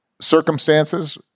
circumstances